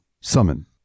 summon